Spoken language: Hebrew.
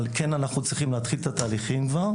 אבל כן אנחנו צריכים להתחיל את התהליכים כבר,